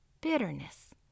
Bitterness